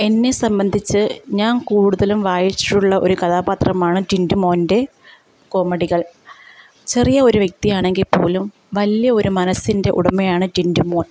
എന്നെ സംബന്ധിച്ച് ഞാൻ കൂടുതലും വായിച്ചിട്ടുള്ള ഒരു കഥാപാത്രമാണ് ടിൻറ്റു മോൻ്റെ കോമഡികൾ ചെറിയ ഒരു വ്യക്തിയാണെങ്കിൽ പോലും വലിയൊരു മനസ്സിൻ്റെ ഉടമയാണ് ടിൻറ്റു മോൻ